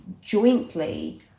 jointly